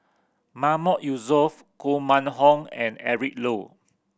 Mahmood Yusof Koh Mun Hong and Eric Low